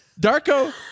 Darko